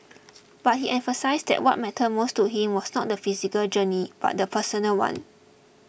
but he emphasised that what mattered most to him was not the physical journey but the personal one